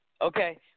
Okay